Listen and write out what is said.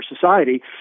society